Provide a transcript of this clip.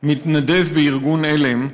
מתנדב בארגון על"ם,